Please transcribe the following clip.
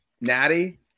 Natty